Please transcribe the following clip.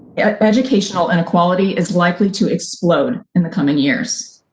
yeah educational inequality is likely to explode in the coming years.